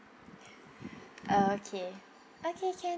okay okay can